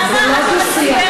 למה אתה מספר שקרים לציבור?